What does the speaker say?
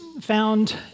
found